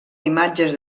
imatges